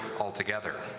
altogether